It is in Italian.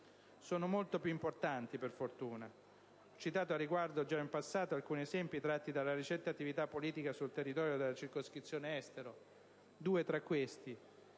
Sono molto più importanti, per fortuna! Ho citato, al riguardo già in passato, alcuni esempi tratti dalla recente attività politica sul territorio della circoscrizione Estero. Diversi